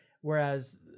whereas